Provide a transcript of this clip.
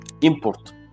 import